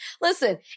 Listen